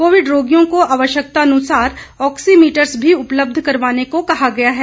Covid रोगियों को आवश्यकतानुसार ऑक्सी मीटर्स भी उपलब्ध करवाने को कहा गया है